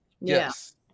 Yes